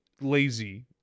lazy